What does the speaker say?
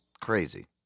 Crazy